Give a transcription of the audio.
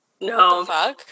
No